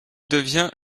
devient